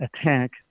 attack